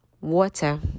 Water